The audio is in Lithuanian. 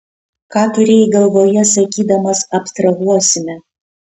ką turėjai galvoje sakydamas abstrahuosime